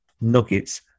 nuggets